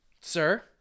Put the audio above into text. Sir